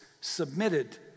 submitted